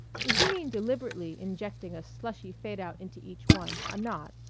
if you mean deliberately injecting a slushy fade-out into each one, i'm not.